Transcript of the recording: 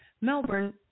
Melbourne